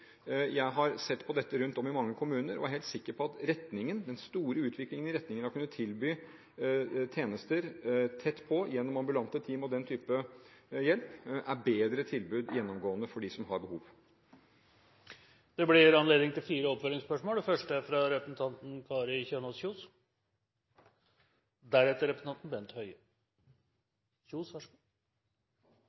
Jeg har sett på dette rundt om i mange kommuner og er helt sikker på at retningen – den store utviklingen i retning av å kunne tilby tjenester tett på gjennom ambulante team og den type hjelp – er bedre tilbud gjennomgående for dem som har behov. Det blir gitt anledning til fire oppfølgingsspørsmål – først representanten Kari Kjønaas Kjos.